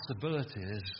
possibilities